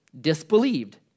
disbelieved